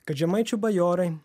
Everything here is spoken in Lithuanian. kad žemaičių bajorai